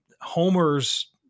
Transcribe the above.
Homers